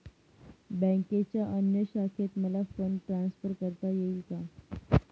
बँकेच्या अन्य शाखेत मला फंड ट्रान्सफर करता येईल का?